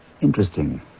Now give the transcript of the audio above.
Interesting